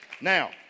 Now